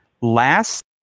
Last